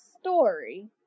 story